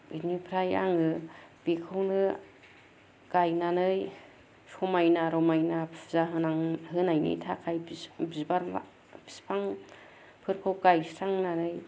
बिनिफ्राय आङो बेखौनो गायनानै समायना रमायना फुजा होनाङो होनायनि थाखाय बिबार फिफांफोरखौ गायस्रांनानै